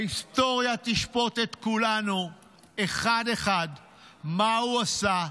ההיסטוריה תשפוט את כולנו אחד אחד מה הוא עשה,